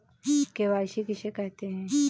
KYC किसे कहते हैं?